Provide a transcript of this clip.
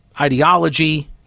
ideology